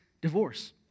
divorce